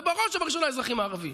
ובראש ובראשונה האזרחים הערבים.